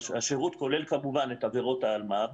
השירות כולל כמובן את עבירות האלמ"ב.